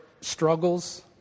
struggles